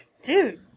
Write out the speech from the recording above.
Dude